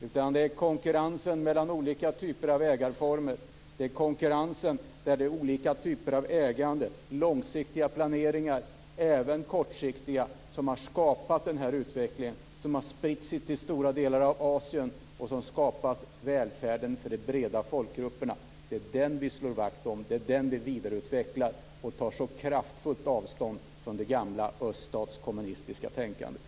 Det vi vill ha är konkurrens mellan olika ägandeformer, konkurrens med olika typer av ägande. Det är långsiktig planering, och även kortsiktig, som har skapat den här utvecklingen, som har spridit sig till stora delar av Asien och skapat välfärden för de breda folkgrupperna. Det är den utvecklingen vi slår vakt om. Det är den vi vidareutvecklar. Därför tar vi så kraftfullt avstånd från det gamla öststatskommunistiska tänkandet.